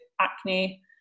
acne